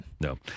No